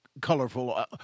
colorful